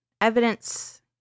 evidence